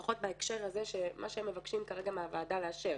לפחות בהקשר הזה של מה שהם מבקשים כרגע מהוועדה לאשר.